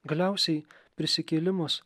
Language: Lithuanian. galiausiai prisikėlimas